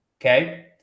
Okay